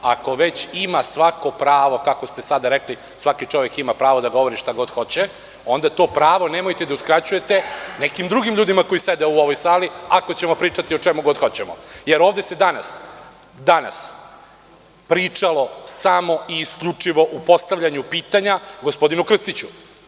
Ako već ima svako pravo, kako ste sada rekli, svaki čovek ima pravo da govori šta god hoće, onda to pravo nemojte da uskraćujete nekim drugim ljudima koji sede u ovoj sali, ako ćemo pričati o čemu god hoćemo, jer ovde se danas pričalo samo i isključivo o postavljanju pitanja gospodinu Krstiću.